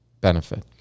benefit